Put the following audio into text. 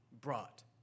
brought